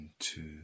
two